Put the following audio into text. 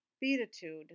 beatitude